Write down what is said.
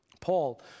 Paul